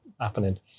happening